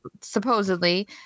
supposedly